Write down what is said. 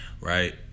right